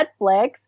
Netflix